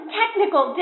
technical